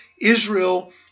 Israel